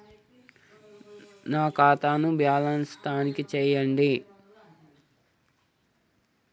నా ఖాతా ను బ్యాలన్స్ తనిఖీ చేయండి?